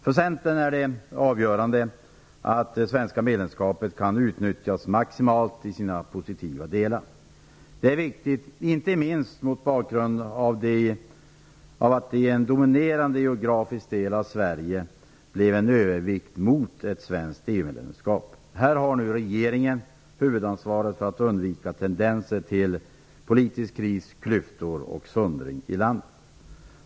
För Centern är det avgörande att det svenska medlemskapet kan utnyttjas maximalt i sina positiva delar. Det är viktigt, inte minst mot bakgrund av att det i en dominerande geografisk del av Sverige blev en övervikt mot ett svenskt EU-medlemskap. Här har nu regeringen huvudansvaret för att undvika tendenser till politisk kris, klyftor och söndring i landet.